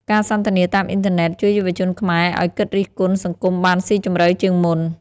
ការសន្ទនាតាមអ៊ីនធឺណិតជួយយុវជនខ្មែរ ឲ្យគិតរិះគន់សង្គមបានសុីជម្រៅជាងមុន។